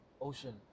ocean